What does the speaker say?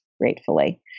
gratefully